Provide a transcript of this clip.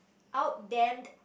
out dent